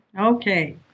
Okay